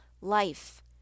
life